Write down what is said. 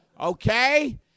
Okay